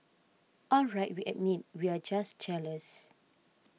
all right we admit we're just jealous